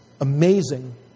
amazing